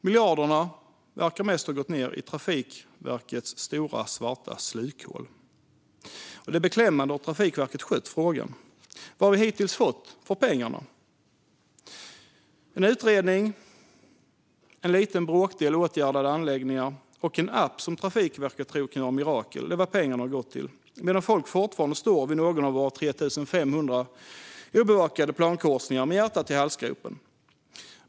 Miljarderna verkar mest ha gått ned i Trafikverkets stora, svarta slukhål. Det är beklämmande hur Trafikverket skött frågan. Vad har vi hittills fått för pengarna? En utredning, en liten bråkdel åtgärdade anläggningar och en app som Trafikverket tror kan göra mirakel - det är vad pengarna gått till, medan folk fortfarande står vid någon av våra 3 500 obevakade plankorsningar med hjärtat i halsgropen.